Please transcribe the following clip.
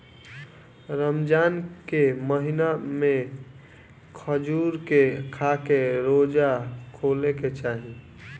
रमजान के महिना में खजूर के खाके रोज़ा खोले के चाही